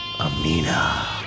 Amina